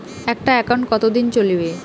একটা একাউন্ট কতদিন চলিবে?